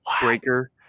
Breaker